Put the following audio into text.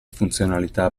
funzionalità